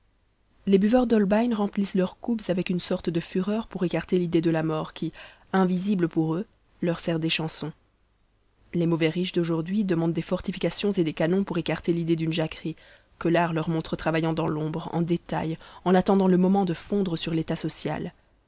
les buveurs d'holbein remplissent leurs coupes avec une sorte de fureur pour écarter l'idée de la mort qui invisible pour eux leur sert d'échanson les mauvais riches d'aujourd'hui demandent des fortifications et des canons pour écarter l'idée d'une jacquerie que l'art leur montre travaillant dans l'ombre en détail en attendant le moment de fondre sur l'état social